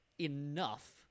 enough